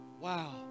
Wow